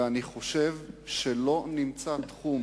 ואני חושב שלא נמצא תחום